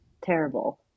terrible